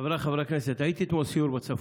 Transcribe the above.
חבריי חברי הכנסת, בסיור בצפון.